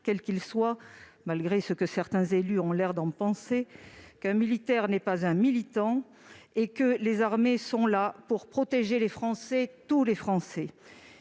quel qu'il soit, malgré ce que certains élus ont l'air de penser ; un militaire n'est pas un militant ; les armées sont là pour protéger les Français, tous les Français.